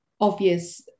obvious